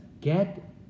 Get